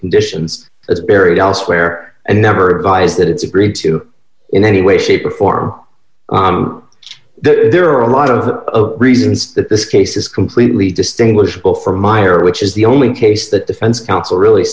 conditions it's buried elsewhere and never advised that it's agreed to in any way shape or form there are a lot of reasons that this case is completely distinguishable from meyer which is the only case that defense council really